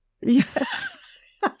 Yes